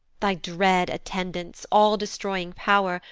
thy dread attendants, all-destroying pow'r,